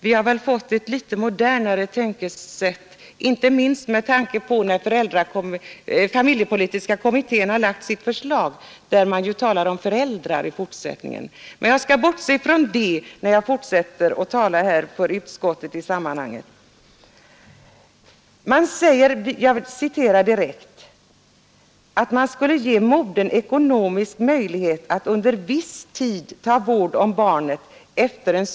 Vi har väl fått ett modernare tänkesätt, inte minst sedan familjepolitiska kommittén framlagt sitt förslag, där det ju talas om föräldrar. Men jag skall bortse från det när jag fortsätter att tala för utskottet i sammanhanget. Det sägs i reservationen att uppskov med havandeskapsledighet skulle medföra att ”modern fick ekonomisk möjlighet att under viss tid ta vård . Det anges inte hur länge.